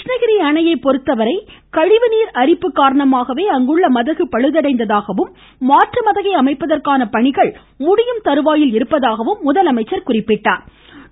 கிருஷ்ணகிரி அணையை பொறுத்தவரை கழிவுநீர் அரிப்பு காரணமாகவே அங்குள்ள மதகுகள் பழுதடைந்துள்ளதாகவும் மாற்று மதகை அமைப்பதற்கான பணிகள் முடியும் தருவாயில் இருப்பதாகவும் அவர் குறிப்பிட்டார்